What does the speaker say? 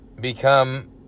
become